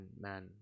man